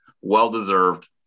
Well-deserved